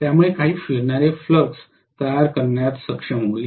त्यामुळे काही फिरणारे फ्लक्स तयार करण्यात सक्षम होईल